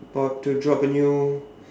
about to drop a new